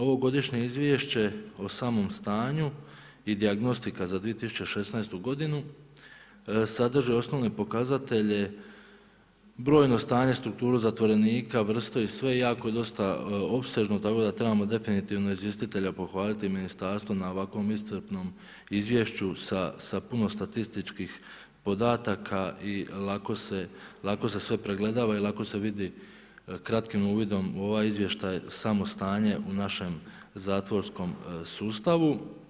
Ovo godišnje izvješće o samom stanju i dijagnostika za 2016. godinu sadrži osnovne pokazatelje, brojne stanje, strukturu zatvorenika, vrstu i sve je jako dosta opsežno tako da trebamo definitivno izvjestitelja pohvaliti i ministarstvo na ovako iscrpnom izvješću sa puno statističkih podataka i lako se sve pregledava i lako se vidi kratkim uvidom u ovaj izvještaj samo stanje u našem zatvorskom sustavu.